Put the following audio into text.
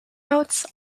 notes